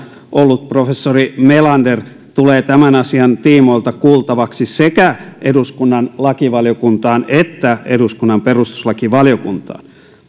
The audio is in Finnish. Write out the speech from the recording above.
ollut professori melander tulee tämän asian tiimoilta kuultavaksi sekä eduskunnan lakivaliokuntaan että eduskunnan perustuslakivaliokuntaan